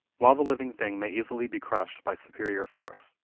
while the living thing may easily be crushed by superior force,